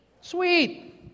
Sweet